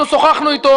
אנחנו שוחחנו אתו.